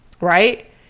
right